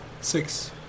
Six